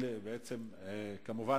היושב-ראש,